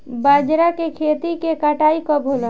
बजरा के खेती के कटाई कब होला?